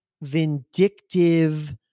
vindictive